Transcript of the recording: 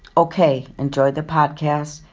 ok, enjoy the podcast.